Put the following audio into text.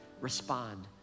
respond